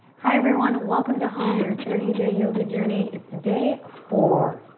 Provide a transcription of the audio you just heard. hi everyone welcome to home, your thirty day yoga journey. it's day four.